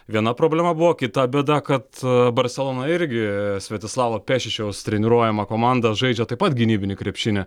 viena problema buvo kita bėda kad barselona irgi svetislavo pešičiaus treniruojama komanda žaidžia taip pat gynybinį krepšinį